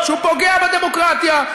שהוא פוגע בדמוקרטיה,